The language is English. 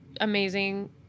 amazing